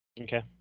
Okay